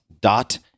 dot